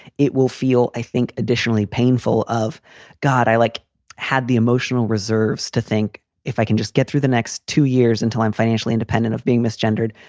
it will feel. i think additionally painful of god, i like had the emotional reserves to think if i can just get through the next two years until i'm financially independent of being mis gendered.